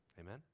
Amen